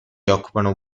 occupano